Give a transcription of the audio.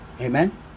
Amen